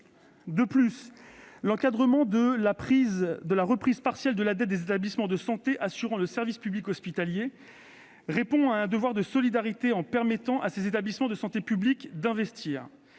De plus, l'encadrement de la reprise partielle de la dette des établissements de santé assurant le service public hospitalier répond à un devoir de solidarité, en permettant à ces établissements de santé publics d'investir.